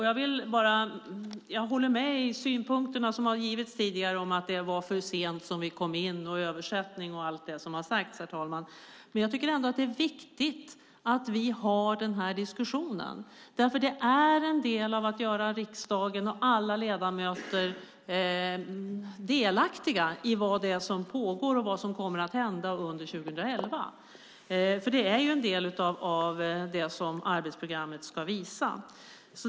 Jag håller med de synpunkter som tidigare har kommit fram om att vi har kommit in för sent i arbetet och det övriga som har sagts om översättningar och så vidare. Men det är ändå viktigt att vi har denna diskussion. Den är en del av att göra riksdagen och alla ledamöter delaktiga i vad som pågår och vad som kommer att hända under 2011. Det är en del av vad arbetsprogrammet ska visa.